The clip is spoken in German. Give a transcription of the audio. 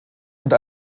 und